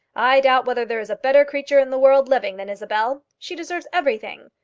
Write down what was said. i doubt whether there is a better creature in the world living than isabel. she deserves everything.